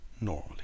normally